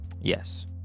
Yes